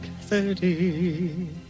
thirty